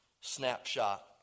snapshot